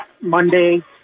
Monday